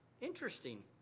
Interesting